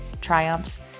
triumphs